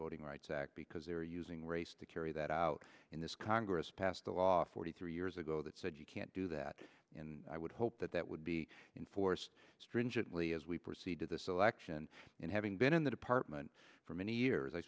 voting rights act because they're using race to carry that out in this congress passed the law forty three years ago that said you can't do that and i would hope that that would be enforced stringently as we proceed to this election and having been in the department for many years i